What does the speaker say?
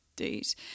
date